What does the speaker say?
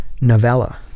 novella